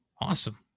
awesome